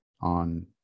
on